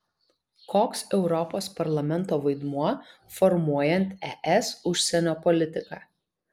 koks europos parlamento vaidmuo formuojant es užsienio politiką